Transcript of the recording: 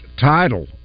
title